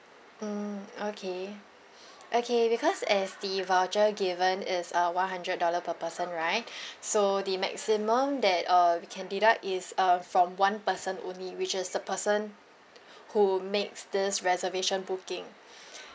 mm okay okay because as the voucher given is uh one hundred dollar per person right so the maximum that uh we can deduct is uh from one person only which is the person who makes this reservation booking